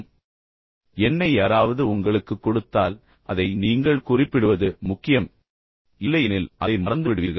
நீங்கள் அழைக்க வேண்டிய எண்ணை யாராவது உங்களுக்குக் கொடுத்தால் அதை நீங்கள் குறிப்பிடுவது முக்கியம் இல்லையெனில் நீங்கள் அதை மறந்துவிடுவீர்கள்